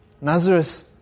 Nazareth